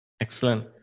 Excellent